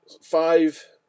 five